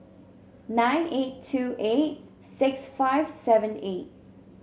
nine eight two eight six five seven eight